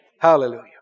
Hallelujah